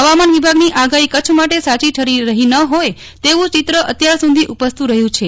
હવામાન વિભાગની આગાહી કચ્છ માટે સાચી ઠરી રહી ન હોય તેવું ચિત્ર અત્યાર સુધી ઉપસતું રહયું છે